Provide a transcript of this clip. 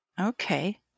Okay